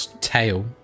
tail